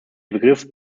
begriff